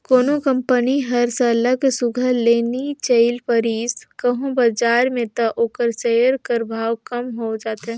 कोनो कंपनी हर सरलग सुग्घर ले नी चइल पारिस कहों बजार में त ओकर सेयर कर भाव कम हो जाथे